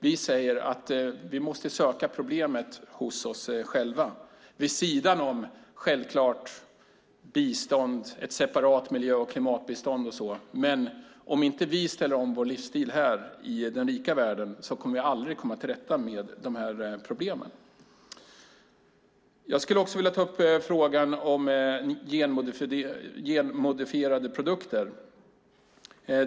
Vi säger att vi måste söka problemet hos oss själva, självklart vid sidan om bistånd, ett separat miljö och klimatbistånd, men om inte vi ställer om vår livsstil här i den rika världen kommer vi aldrig att komma till rätta med de här problemen. Jag skulle också vilja ta upp frågan om genmodifierade produkter.